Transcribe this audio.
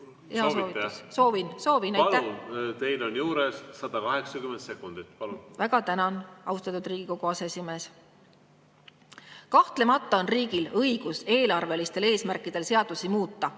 Soovin. Aitäh! Palun! Teil on juures 180 sekundit. Palun! Väga tänan, austatud Riigikogu aseesimees! Kahtlemata on riigil õigus eelarvelistel eesmärkidel seadusi muuta,